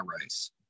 race